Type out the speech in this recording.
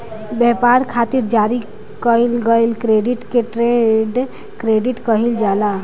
ब्यपार खातिर जारी कईल गईल क्रेडिट के ट्रेड क्रेडिट कहल जाला